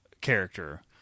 character